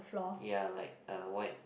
ya like a white